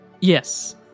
Yes